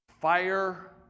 fire